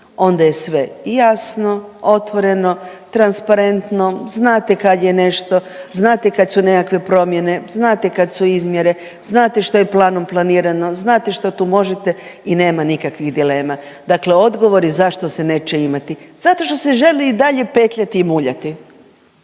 Onda je sve i jasno, otvoreno, transparentno, znate kad je nešto, znate kad su nekakve promjene, znate kad su izmjere, znate što je planom planirano, znate što tu možete i nema nikakvih dilema. Dakle, odgovor je zašto se neće imati, zato što se želi i dalje petljati i muljati.